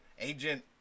agent